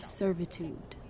servitude